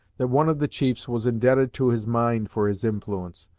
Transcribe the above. that one of the chiefs was indebted to his mind for his influence,